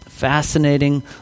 fascinating